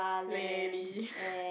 leh lee